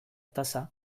tasa